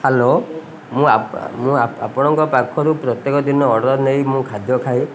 hello ମୁଁ ମୁଁ ଆପଣଙ୍କ ପାଖରୁ ପ୍ରତ୍ୟେକ ଦିନ ଅର୍ଡ଼ର୍ ନେଇ ମୁଁ ଖାଦ୍ୟ ଖାଏ